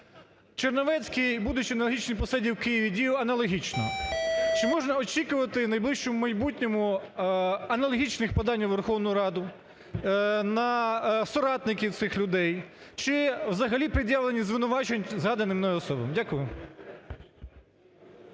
Чернівецький, будучи на аналогічній посаді в Києві, діяв аналогічно. Чи можна очікувати в найближчому майбутньому аналогічних подань у Верховну Раду, на соратників цих людей? Чи взагалі пред'явлення звинувачень, згаданим мною особам? Дякую.